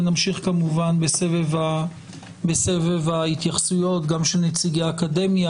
ונמשיך כמובן בסבב ההתייחסויות גם של נציגי האקדמיה